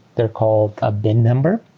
they're called a bin number,